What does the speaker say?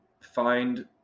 find